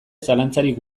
zalantzarik